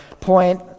point